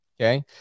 okay